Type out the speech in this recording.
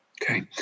Okay